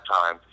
time